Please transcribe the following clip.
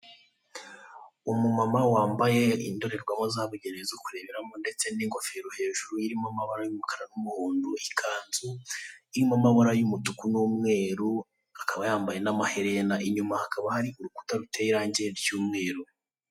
Umumama wambaye indorerwamo zabugenewe zo kureberamo, ndetse n'ingofero hejuru irimo amabara y'umkara n'umuhondo, ikanzu irimo amabara y'umutuku n'umeru, akaba yambaye n'amaherena, inyuma hakaba hari urukuta ruteye irange ry'umweru.